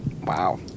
Wow